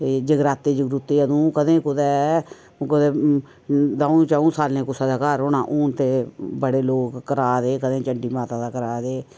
ते जगराते जगरूते अदूं कदें कुतै कुतै द'ऊं च'ऊं साल्लें कुसै दे घर होना हून ते बड़े लोग करा दे कदें चंडी माता दा करा दे